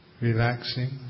Relaxing